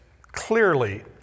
clearly